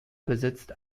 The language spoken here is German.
besitzt